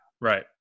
Right